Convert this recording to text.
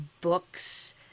books